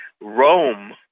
Rome